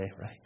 right